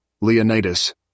Leonidas